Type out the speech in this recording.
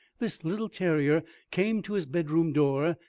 this little terrier came to his bedroom door,